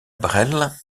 bresle